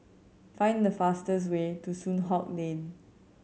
find the fastest way to Soon Hock Lane